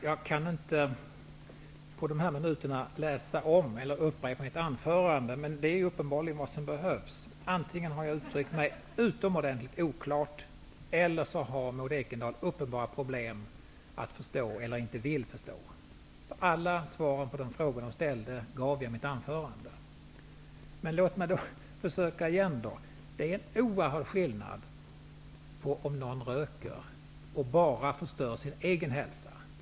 Herr talman! Jag kan inte på dessa få minuter upprepa mitt anförande. Men det skulle uppenbarligen behövas. Antingen har jag uttryckt mig utomordentligt oklart, eller också har Maud Ekendahl uppenbara problem att förstå, eller också vill hon inte förstå. Alla svar på de frågor som hon ställde gav jag i mitt anförande. Låt mig försöka igen. Det är en oerhörd skillnad på om någon röker och bara förstör sin egen hälsa.